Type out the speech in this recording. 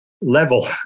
level